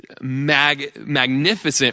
magnificent